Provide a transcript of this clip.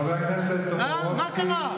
חבר הכנסת טופורובסקי, מה קרה?